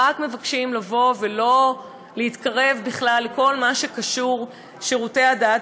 רק מבקשים לא להתקרב בכלל לכל מה שקשור לשירותי הדת